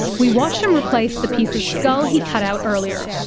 we watch him replace the piece of skull he cut out earlier.